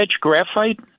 graphite